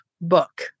book